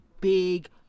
big